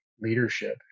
leadership